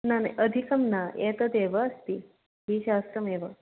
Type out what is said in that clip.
न न अधिकं न एतत् एव अस्ति द्विसहस्रम् एव